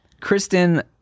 Kristen